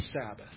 Sabbath